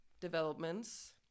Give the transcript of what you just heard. Developments